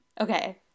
okay